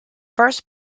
first